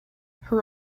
her